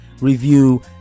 review